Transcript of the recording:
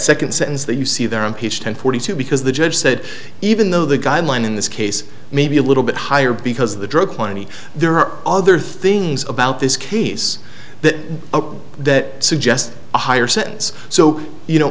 second sentence that you see there on ph ten forty two because the judge said even though the guideline in this case may be a little bit higher because of the drug plenty there are other things about this case that that suggest a higher sense so you know